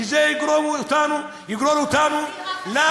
שזה יגרור אותנו לתסיסה,